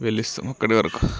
వెళ్ళొస్తాము అక్కడి వరకు